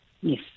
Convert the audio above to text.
Yes